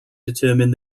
determine